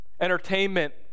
entertainment